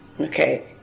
Okay